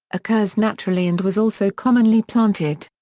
occurs naturally and was also commonly planted.